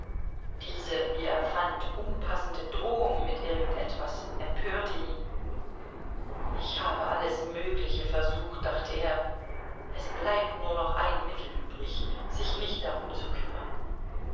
diese wie er fand unpassende drohung mit irgend etwas empörte ihn ich habe alles mögliche versucht dachte er es bleibt nur noch ein mittel übrig sich nicht darum zu kümmern